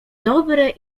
dobre